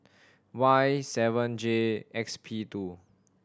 Y seven J X P two